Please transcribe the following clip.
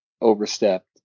overstepped